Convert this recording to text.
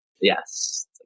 Yes